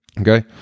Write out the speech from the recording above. Okay